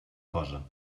cosa